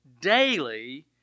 daily